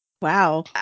Wow